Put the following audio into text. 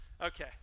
Okay